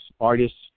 artists